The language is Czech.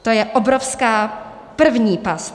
To je obrovská první past.